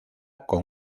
con